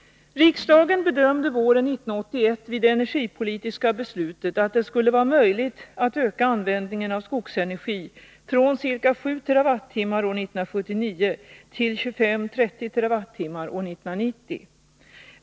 Riksdagen bedömde våren 1981 vid det energipolitiska beslutet att det skulle vara möjligt att öka användningen av skogsenergi från ca 7 TWh år 1979 till 25-30 TWh år 1990.